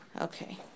Okay